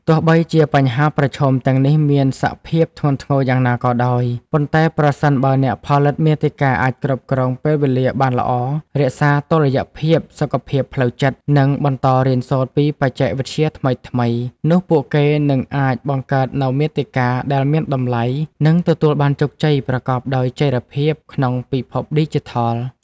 ទោះបីជាបញ្ហាប្រឈមទាំងនេះមានសភាពធ្ងន់ធ្ងរយ៉ាងណាក៏ដោយ ប៉ុន្តែប្រសិនបើអ្នកផលិតមាតិកាអាចគ្រប់គ្រងពេលវេលាបានល្អ រក្សាតុល្យភាពសុខភាពផ្លូវចិត្ត និងបន្តរៀនសូត្រពីបច្ចេកវិទ្យាថ្មីៗ នោះពួកគេនឹងអាចបង្កើតនូវមាតិកាដែលមានតម្លៃ និងទទួលបានជោគជ័យប្រកបដោយចីរភាពក្នុងពិភពឌីជីថល។